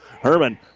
Herman